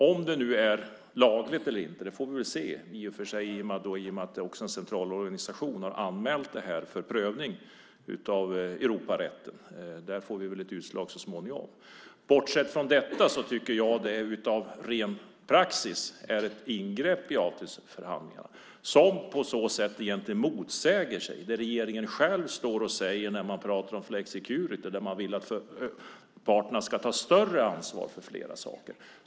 Om det nu är lagligt eller inte får vi väl i och för sig se i och med att en centralorganisation har anmält det här för prövning av Europarätten. Där får vi väl ett utslag så småningom. Bortsett från detta tycker jag att det av ren praxis är ett ingrepp i avtalsförhandlingarna som på så sätt egentligen motsäger det regeringen själv står och säger när man pratar om flexicurity , att man vill att parterna ska ta större ansvar för flera saker.